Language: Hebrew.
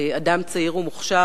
אדם צעיר ומוכשר,